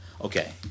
Okay